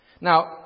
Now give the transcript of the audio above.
Now